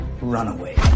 runaway